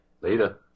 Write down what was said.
Later